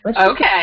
Okay